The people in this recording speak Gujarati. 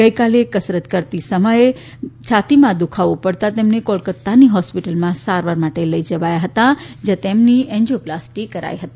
ગઈકાલે કસરત કરતા સમયે છાતીમાં દુઃખાવો ઉપડતાં તેમને કોલકતાની હોસ્પિટલમાં સારવાર માટે લઈ જવાયા હતા જ્યાં તેમની એન્જિયોપ્લાસ્ટી કરાઈ હતી